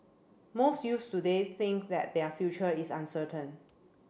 most youths today think that their future is uncertain